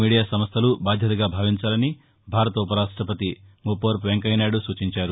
media సంస్థలు బాధ్యతగా భావించాలని భారత ఉవ ర్యాష్టవతి మువ్తవరపు వెంకయ్యనాయుడు కోరారు